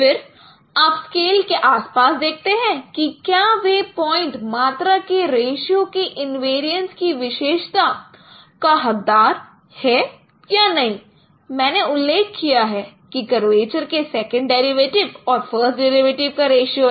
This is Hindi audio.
फिर आप स्केल के आसपास देखते हैं कि क्या वह पॉइंट मात्रा के रेशियो के इनवेरियंस की विशेषता का हक़दार है या नहीं मैंने उल्लेख किया है कि कर्वेचर के सेकंड डेरिवेटिव और फ़र्स्ट डेरिवेटिव का रेश्यो है